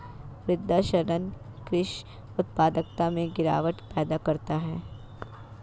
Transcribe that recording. मृदा क्षरण कृषि उत्पादकता में गिरावट पैदा करता है